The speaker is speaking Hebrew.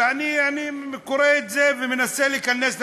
אני קורא את זה ומנסה להיכנס לתהליך,